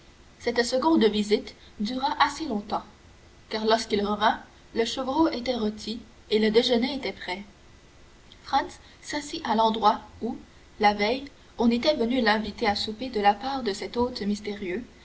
cette seconde visite dura assez longtemps car lorsqu'il revint le chevreau était rôti et le déjeuner était prêt franz s'assit à l'endroit où la veille on était venu l'inviter à souper de la part de cet hôte mystérieux